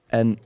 en